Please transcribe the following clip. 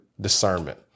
discernment